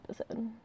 episode